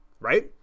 right